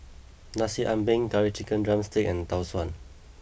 Nasi Ambeng Curry Chicken Drumstick and Tau Suan